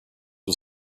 was